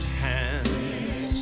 hands